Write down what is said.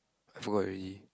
I forgot already